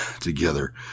together